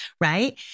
right